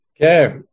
Okay